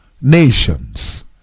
Nations